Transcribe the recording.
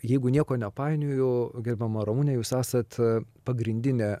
jeigu nieko nepainioju gerbiama ramune jūs esat pagrindinė